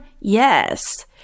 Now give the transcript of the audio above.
Yes